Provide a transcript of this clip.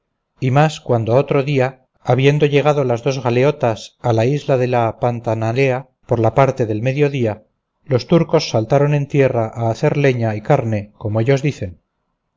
y más cuando otro día habiendo llegado las dos galeotas a la isla de la pantanalea por la parte del mediodía los turcos saltaron en tierra a hacer leña y carne como ellos dicen